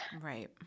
right